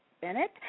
Bennett